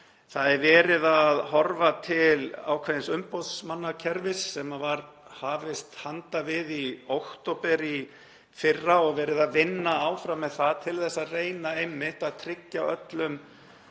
Það er verið að horfa til ákveðins umboðsmannakerfis sem var hafist handa við í október í fyrra og verið að vinna áfram með það til að reyna einmitt að tryggja öllum